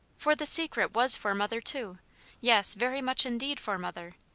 for the secret was for mother, too yes, very much indeed for mother,